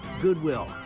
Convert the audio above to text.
Goodwill